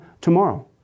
tomorrow